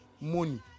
money